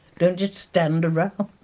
don't just stand around